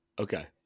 Okay